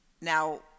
Now